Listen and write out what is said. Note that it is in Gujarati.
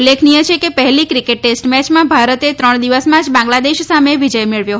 ઉલ્લેખનિય છે કે પહેલી ક્રિકેટ ટેસ્ટ મેચમાં ભારતે ત્રણ દિવસમાં જ બાંગ્લાદેશ સામે વિજય મેળવ્યો હતો